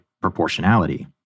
proportionality